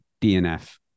DNF